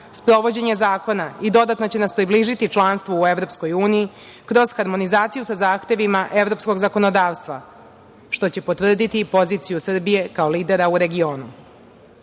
sprovođenje zakona i dodatno će nas približiti članstvu u Evropskoj uniji kroz harmonizaciju sa zahtevima evropskog zakonodavstva, što će potvrditi i poziciju Srbije kao lidera u regionu.